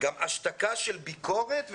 גם השתקה של ביקורת,